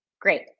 Great